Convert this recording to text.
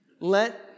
Let